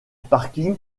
parking